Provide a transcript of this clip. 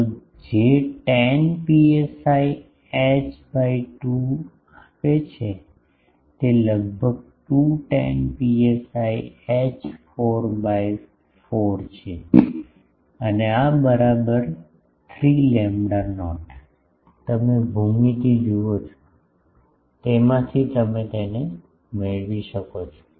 તો જે tan PSI H by 2 આપે છે તે લગભગ 2 tan પીએસઆઇ એચ 4 બાય 4 છે અને આ બરાબર 3 લેમ્બડા નોટ તમે ભૂમિતિ જુઓ છો તેમાંથી તમે તેને મેળવી શકો છો